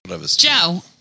Joe